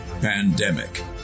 pandemic